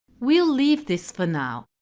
we'll leave this for now.